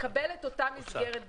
מקבל את אותה מסגרת בדיוק?